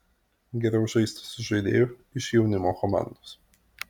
geriau žaisti su žaidėju iš jaunimo komandos